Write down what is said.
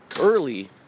early